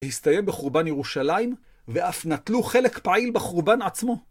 הסתיים בחורבן ירושלים, ואף נטלו חלק פעיל בחורבן עצמו.